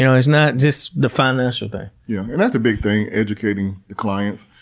you know there's not just the financial thing. yeah. and that's a big thing. educating the clients.